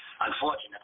unfortunately